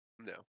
No